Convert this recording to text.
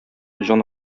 җан